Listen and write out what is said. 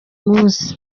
munsi